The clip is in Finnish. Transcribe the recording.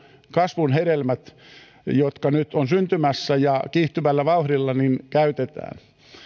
kasvun hedelmät joita nyt on kiihtyvällä vauhdilla syntymässä käytetään